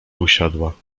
usiadła